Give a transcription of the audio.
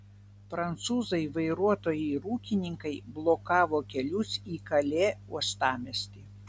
prancūzai vairuotojai ir ūkininkai blokavo kelius į kalė uostamiestį